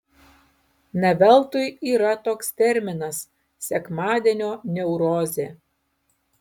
ne veltui yra toks terminas sekmadienio neurozė